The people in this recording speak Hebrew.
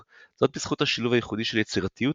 זאת בזכות השילוב הייחודי של יצירתיות,